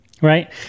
Right